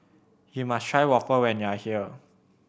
you must try waffle when you are here